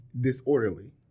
disorderly